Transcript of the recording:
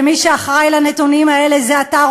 ומי שאחראי לנתונים האלה זה אתה,